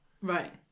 Right